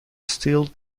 still